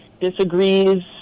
disagrees